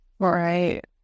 Right